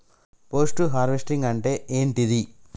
Post harvesting అంటే ఏంటిది?